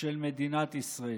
של מדינת ישראל.